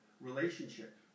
relationship